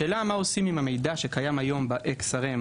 השאלה מה עושים עם המידע שקיים היום ביק"ר,